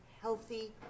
healthy